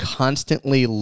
constantly